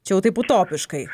čia jau taip utopiškai